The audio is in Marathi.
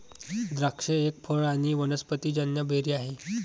द्राक्ष एक फळ आणी वनस्पतिजन्य बेरी आहे